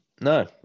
No